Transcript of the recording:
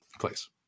place